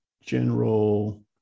general